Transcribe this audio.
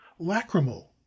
Lacrimal